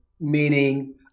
meaning